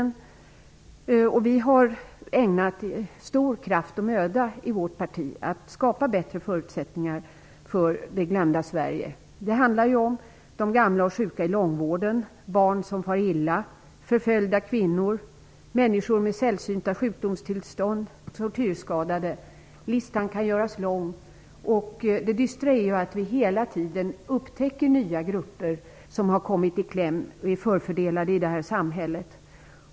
I vårt parti har vi ägnat stor kraft och möda åt att skapa bättre förutsättningar för det glömda Sverige. Det handlar om de gamla och sjuka i långvården, barn som far illa, förföljda kvinnor, människor med sällsynta sjukdomstillstånd, tortyrskadade, m.fl. Listan kan göras lång. Det dystra är att vi hela tiden upptäcker nya grupper som kommer i kläm och är förfördelade i detta samhälle.